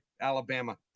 Alabama